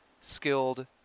skilled